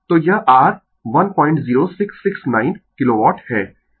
तो यह r 10669 kilowatt है